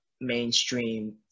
mainstream